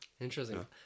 Interesting